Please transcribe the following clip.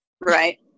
Right